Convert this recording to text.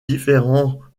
différents